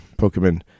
Pokemon